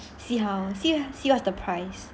see how see what's the price